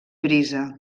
brisa